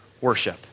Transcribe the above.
worship